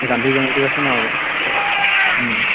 গান্ধী জয়ন্তী আছে ন'